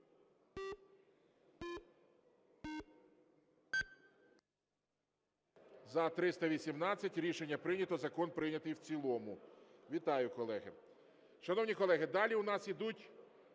За-318 Рішення прийнято. Закон прийнятий в цілому. Вітаю, колеги. Шановні колеги, далі у нас ідуть,